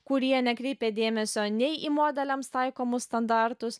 kurie nekreipė dėmesio nei į modeliams taikomus standartus